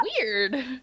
Weird